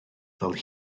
fel